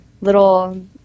little